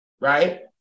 right